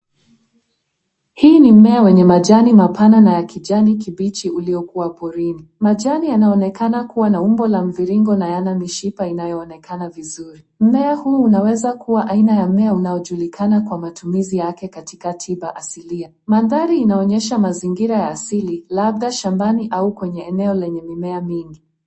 Hii ni mmea wenye majani mapana na ya kijani kibichi uliokuwa porini. Majani yanaonekana kuwa na umbo la mviringo na yana mshiba yanayoonekana vizuri. Mmea huu unaweza kuwa aina ya mmea unaojulikana kwa matumizi yake katika tiba ya asilia. Madhari inaonyesha mazingira ya asili labda shambani au kwenye eneo lenye mimea mingi.